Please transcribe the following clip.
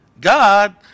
God